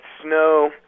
snow